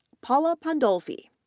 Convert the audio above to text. paula pandolfi,